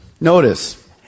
Notice